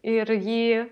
ir jį